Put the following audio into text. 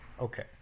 Okay